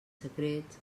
secrets